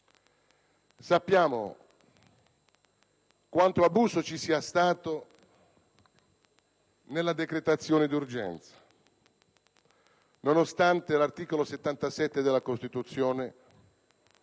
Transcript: Sappiamo quanto abuso ci sia stato nella decretazione d'urgenza, nonostante l'articolo 77 della Costituzione